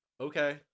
okay